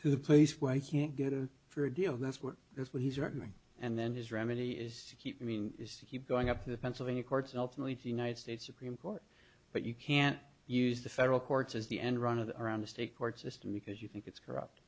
to the place where you can't get in for a deal that's what that's what he's arguing and then his remedy is to keep i mean is to keep going up the pennsylvania courts and ultimately the united states supreme court but you can't use the federal courts as the end run of around the state court system because you think it's corrupt